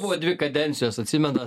buvo dvi kadencijos atsimenat